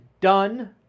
done